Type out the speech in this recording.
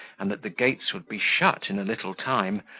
and that the gates would be shut in a little time,